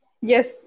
Yes